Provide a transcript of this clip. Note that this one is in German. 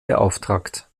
beauftragt